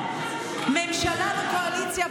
ממשלת קואליציה,